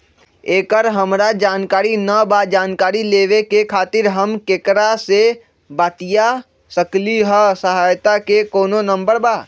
एकर हमरा जानकारी न बा जानकारी लेवे के खातिर हम केकरा से बातिया सकली ह सहायता के कोनो नंबर बा?